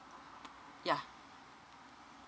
yeah